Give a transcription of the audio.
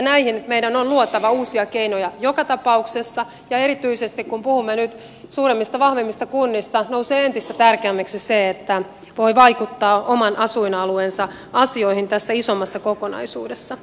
näihin meidän on luotava uusia keinoja joka tapauksessa ja erityisesti kun puhumme nyt suuremmista vahvemmista kunnista nousee entistä tärkeämmäksi se että voi vaikuttaa oman asuinalueensa asioihin tässä isommassa kokonaisuudessa